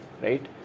right